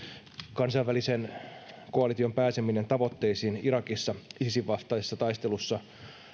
kansainvälisen koalition pääseminen tavoitteisiin irakissa isisin vastaisessa taistelussa